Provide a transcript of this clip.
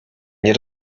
nie